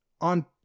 on